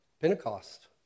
Pentecost